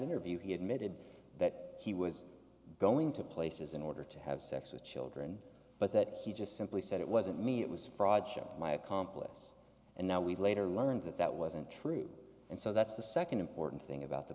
interview he admitted that he was going to places in order to have sex with children but that he just simply said it wasn't me it was fraud show my accomplice and now we later learned that that wasn't true and so that's the nd important thing about the